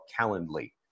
Calendly